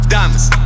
Diamonds